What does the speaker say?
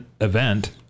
event